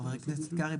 חבר הכנסת קרעי,